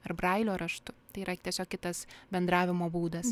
ar brailio raštu tai yra tiesiog kitas bendravimo būdas